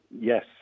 yes